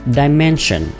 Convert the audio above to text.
dimension